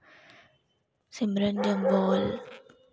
Simran Jamwal